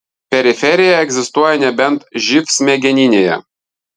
periferija egzistuoja nebent živ smegeninėje